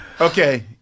Okay